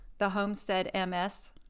thehomesteadms